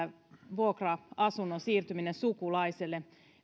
vuokra asunnon siirtyminen sukulaiselle